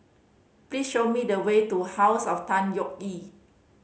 please show me the way to House of Tan Yeok Nee